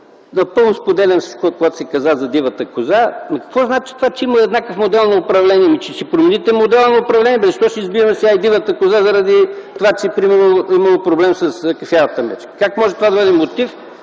Напълно споделям всичко, което се каза за дивата коза. Какво значи това, че има еднакъв модел на управление? Ами ще промените модела на управление! Защо ще избиваме сега и дивата коза - заради това, че примерно имало проблем с кафявата мечка? Как може това да бъде мотив